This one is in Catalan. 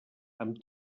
amb